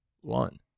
one